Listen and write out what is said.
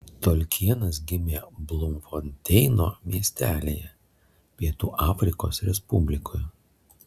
tolkienas gimė blumfonteino miestelyje pietų afrikos respublikoje